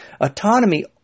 Autonomy